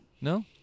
No